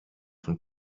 von